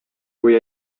kui